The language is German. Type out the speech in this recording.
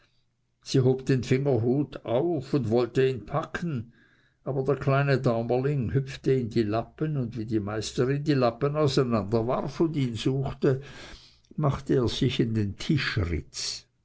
sie hob den fingerhut auf und wollte ihn packen aber der kleine daumerling hüpfte in die lappen und wie die meisterin die lappen auseinanderwarf und ihn suchte machte er sich in den